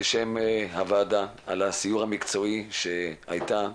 בשם הוועדה על הסיור המקצועי שהיה.